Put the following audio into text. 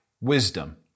wisdom